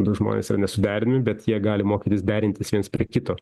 du žmonės yra nesuderinami bet jie gali mokytis derintis viens prie kito